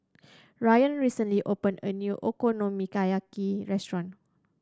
Ryann recently opened a new Okonomiyaki restaurant